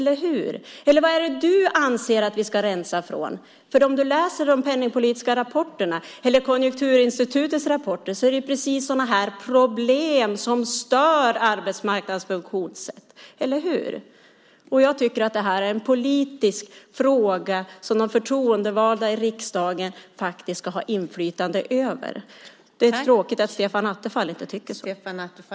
Vad anser Stefan Attefall att vi ska rensa bort? Om man läser de penningpolitiska rapporterna eller Konjunkturinstitutets rapporter ser man att det är just sådana problem som stör arbetsmarknadens funktionssätt. Eller hur? Jag tycker att det här är en politisk fråga som de förtroendevalda i riksdagen ska ha inflytande över. Det är tråkigt att Stefan Attefall inte tycker det.